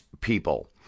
people